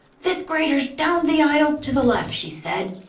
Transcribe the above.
fifth graders down the aisle to the left, she said.